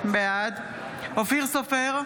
בעד אופיר סופר,